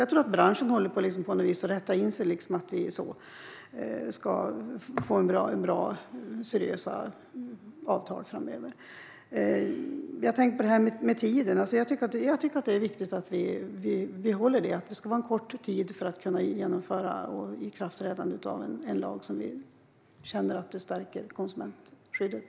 Jag tror att branschen håller på att rätta in sig, så att det blir seriösa avtal framöver. När det gäller detta med tiden för ikraftträdandet tycker jag att det är viktigt att vi håller fast vid att den ska vara kort när det gäller en lag som stärker konsumentskyddet.